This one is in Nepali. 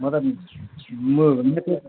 म त